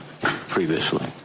previously